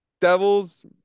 Devils